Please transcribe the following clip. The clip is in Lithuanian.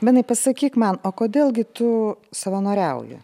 benai pasakyk man o kodėl gi tu savanoriauji